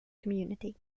community